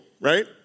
right